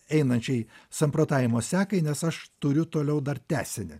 einančiai samprotavimo sekai nes aš turiu toliau dar tęsinį